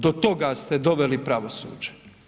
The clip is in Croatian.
Do toga ste doveli pravosuđe.